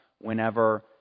whenever